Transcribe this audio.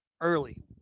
Early